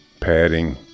padding